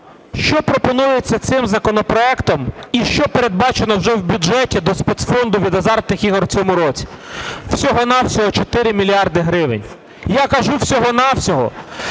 що пропонується цим законопроектом і що передбачено вже в бюджеті до спецфонду від азартних ігор в цьому році – всього-на-всього 4 мільярди гривень. Я кажу всього-на-всього,